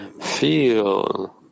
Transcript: feel